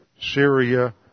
Syria